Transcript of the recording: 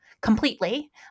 completely